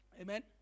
Amen